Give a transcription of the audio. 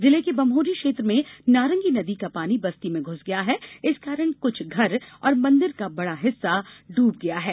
जिले के बम्होरी क्षेत्र में नारंगी नदी का पानी बस्ती में घुस गया है इस कारण कुछ घर और मंदिर का बड़ा हिस्सा ड्रब गया है